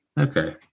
Okay